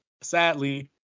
sadly